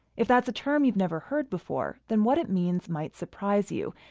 if that's a term you've never heard before, then what it means might surprise you.